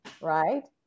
right